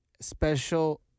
Special